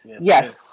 Yes